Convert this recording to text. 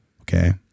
okay